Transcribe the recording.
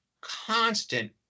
constant